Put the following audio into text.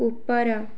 ଉପର